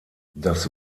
das